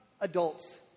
adults